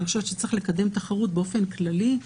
לדעתי, צריך לקדם תחרות באופן כללי.